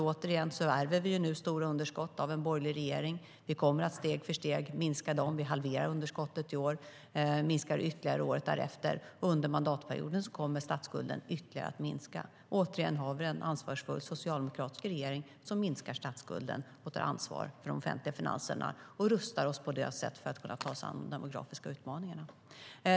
Återigen ärver vi nu stora underskott av en borgerlig regering. Vi kommer steg för steg att minska dem. Vi halverar underskottet i år. Vi minskar det ytterligare året därefter. Under mandatperioden kommer statsskulden ytterligare att minska. Återigen har vi en ansvarsfull socialdemokratisk regering som minskar statsskulden, tar ansvar för de offentliga finanserna och rustar oss på det sättet för att ta oss an den demografiska utmaningen.